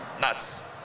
nuts